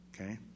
Okay